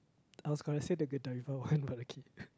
I was gonna say the